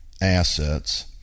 assets